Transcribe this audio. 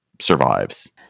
survives